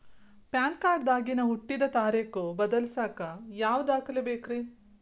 PAN card ದಾಗಿನ ಹುಟ್ಟಿದ ತಾರೇಖು ಬದಲಿಸಾಕ್ ಯಾವ ದಾಖಲೆ ಬೇಕ್ರಿ?